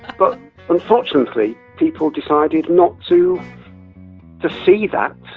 but unfortunately people decided not to to see that.